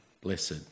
blessed